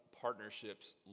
partnerships